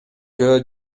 жөө